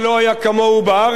לא ידוע לנו בעולם.